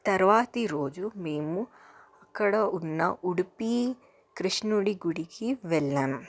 తర్వాతి రోజు మేము అక్కడ ఉన్న ఉడిపి కృష్ణుడి గుడికి వెళ్ళాం